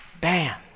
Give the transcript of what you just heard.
bam